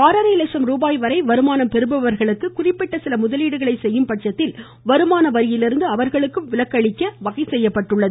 ஆறரை லட்ச ருபாய் வரை வருமானம் பெறுபவர்களுக்கு குறிப்பிட்ட சில முதலீடுகளை செய்யும் பட்சத்தில் வருமான வரியிலிருந்து அவர்களுக்கும் விலக்கு அளிக்கவும் வகை செய்யப்பட்டுள்ளது